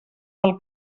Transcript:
del